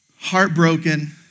heartbroken